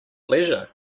leisure